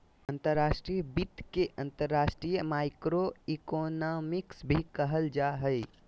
अंतर्राष्ट्रीय वित्त के अंतर्राष्ट्रीय माइक्रोइकोनॉमिक्स भी कहल जा हय